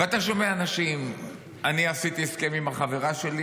ואתה שומע אנשים: אני עשיתי הסכם עם החברה שלי,